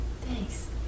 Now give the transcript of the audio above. Thanks